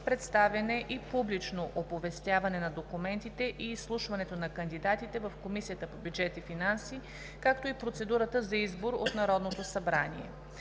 представяне и публично оповестяване на документите и изслушването на кандидатите в Комисията по бюджет и финанси, както и процедурата за избор от Народното събрание